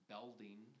Belding